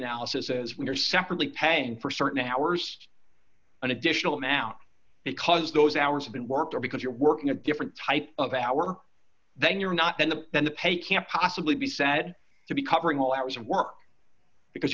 analysis as we are separately paying for certain hours an additional amount because those hours have been worked or because you're working a different type of hour then you're not in the then the pay can't possibly be said to be covering all hours of work because